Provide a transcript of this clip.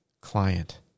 client